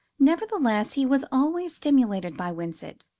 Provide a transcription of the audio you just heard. nevertheless, he was always stimulated by winsett,